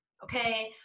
Okay